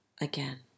again